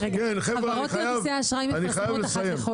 חברות כרטיסי האשראי מפרסמות אחת לחודש.